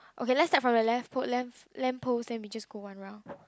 okay let's start from the lamp post lamp lamp post then we just go one round